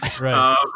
Right